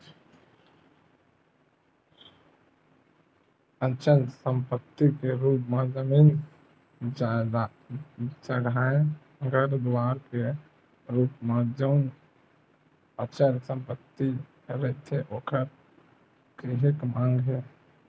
अचल संपत्ति के रुप म जमीन जघाए घर दुवार के रुप म जउन अचल संपत्ति रहिथे ओखर काहेक मांग हे